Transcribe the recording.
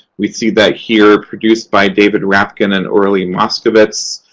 we see that here produced by david rapkin and orly moscowitz,